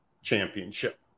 Championship